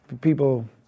people